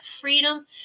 freedom